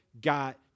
got